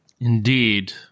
Indeed